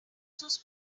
sus